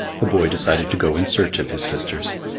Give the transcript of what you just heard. the boy decided to go in search of his sisters.